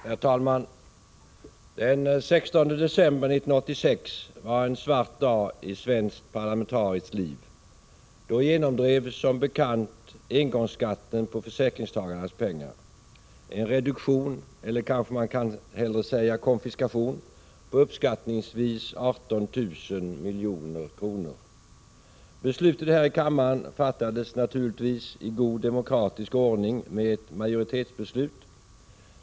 Herr talman! Den 16 december 1986 var en svart dag i svenskt parlamentariskt liv. Då genomdrevs som bekant engångsskatten på försäkringstagarnas pengar — en reduktion, eller kanske man hellre skall säga konfiskation, på uppskattningsvis 18 000 milj.kr. Beslutet här i kammaren fattades naturligtvis i god demokratisk ordning med ett majoritetsbeslut.